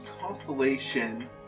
constellation